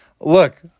look